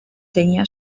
tenía